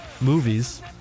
movies